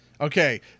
Okay